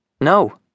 No